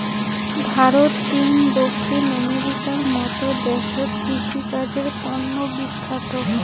ভারত, চীন, দক্ষিণ আমেরিকার মত দেশত কৃষিকাজের তন্ন বিখ্যাত